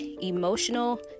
emotional